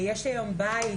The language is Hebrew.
יש לי היום בית.